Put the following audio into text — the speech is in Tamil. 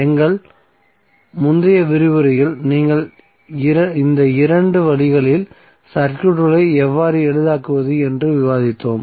எங்கள் முந்தைய விரிவுரையில் நீங்கள் இந்த இரண்டு வழிகளில் சர்க்யூட்களை எவ்வாறு எளிதாக்குவது என்று விவாதித்தோம்